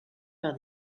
par